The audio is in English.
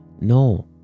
No